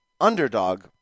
underdog